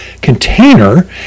container